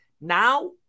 Now